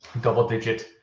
double-digit